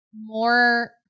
more